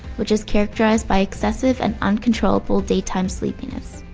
which is characterized by excessive and uncontrollable daytime sleepiness.